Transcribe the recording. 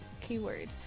keyword